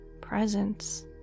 presence